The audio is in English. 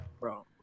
Bro